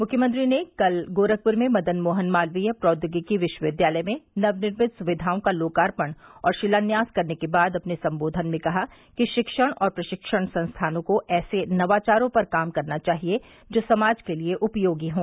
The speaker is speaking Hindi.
मुख्यमंत्री ने कल गोरखपुर में मदन मोहन मालवीय प्रौद्योगिकी विश्वविद्यालय में नवनिर्मित सुविधाओं का लोकार्पण और शिलान्यास करने के बाद अपने संबोधन में कहा कि रिक्षण और प्रशिक्षण संस्थानों को ऐसे नवाचारों पर काम करना चाहिए जो समाज के लिए उपयोगी हों